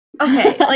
okay